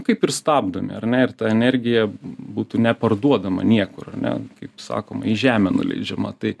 kaip ir stabdomi ar ne ir ta energija būtų neparduodama niekur ar ne kaip sakoma į žemę nuleidžiama tai